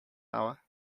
hour